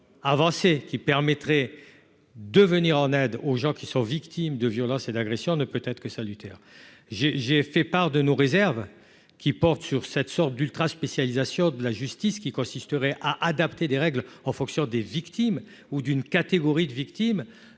avancée qui permettrait de venir en aide aux gens qui sont victimes de violences et d'agressions ne peut être que salutaire, j'ai, j'ai fait part de nos réserves, qui porte sur cette sorte d'ultra spécialisation de la justice qui consisterait à adapter les règles en fonction des victimes ou d'une catégorie de victimes